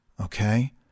Okay